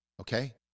okay